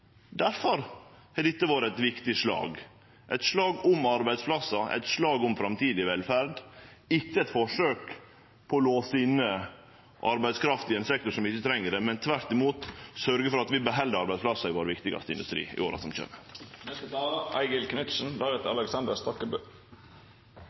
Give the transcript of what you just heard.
Derfor har dette vore eit viktig slag, eit slag om arbeidsplassar, eit slag om framtidig velferd – ikkje eit forsøk på å låse inne arbeidskraft i ein sektor som ikkje treng det, men tvert imot sørgje for at vi beheld arbeidsplassar i vår viktigaste industri i åra som